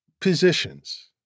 positions